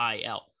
IL